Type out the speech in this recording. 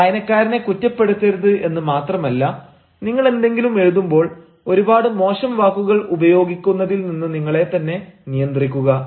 വായനക്കാരനെ കുറ്റപ്പെടുത്തരുത് എന്ന് മാത്രമല്ല നിങ്ങൾ എന്തെങ്കിലും എഴുതുമ്പോൾ ഒരുപാട് മോശം വാക്കുകൾ ഉപയോഗിക്കുന്നതിൽ നിന്ന് നിങ്ങളെ തന്നെ നിയന്ത്രിക്കുക